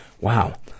Wow